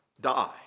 die